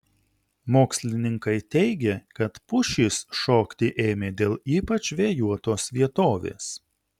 mokslininkai teigia kad pušys šokti ėmė dėl ypač vėjuotos vietovės